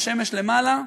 השמש למעלה,